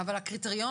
אבל הקריטריון